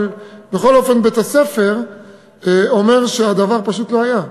אבל בכל אופן, בית-הספר אומר שהדבר פשוט לא היה.